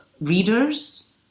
readers